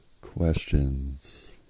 questions